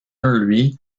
lui